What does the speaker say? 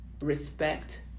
respect